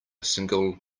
single